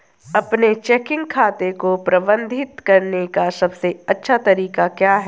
अपने चेकिंग खाते को प्रबंधित करने का सबसे अच्छा तरीका क्या है?